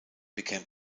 became